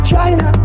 China